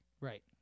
Right